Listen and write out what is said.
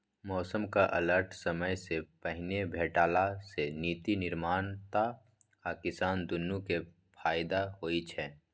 मौसमक अलर्ट समयसँ पहिने भेटला सँ नीति निर्माता आ किसान दुनु केँ फाएदा होइ छै